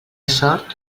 sort